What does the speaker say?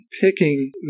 picking